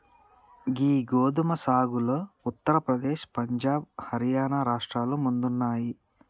గీ గోదుమ సాగులో ఉత్తర ప్రదేశ్, పంజాబ్, హర్యానా రాష్ట్రాలు ముందున్నాయి